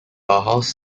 bauhaus